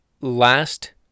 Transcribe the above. last